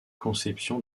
conception